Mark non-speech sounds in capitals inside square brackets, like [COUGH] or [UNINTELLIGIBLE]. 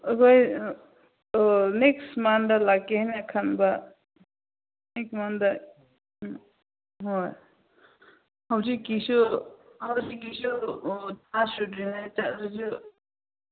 ꯑꯩꯈꯣꯏ ꯅꯦꯛꯁ ꯃꯟꯗ ꯂꯥꯛꯀꯦꯅ ꯈꯟꯕ ꯑꯩꯉꯣꯟꯗ ꯍꯣꯏ ꯍꯧꯖꯤꯛꯀꯤꯁꯨ ꯍꯧꯖꯤꯛꯀꯤꯁꯨ [UNINTELLIGIBLE]